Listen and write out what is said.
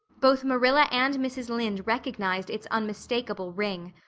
both marilla and mrs. lynde recognized its unmistakable ring.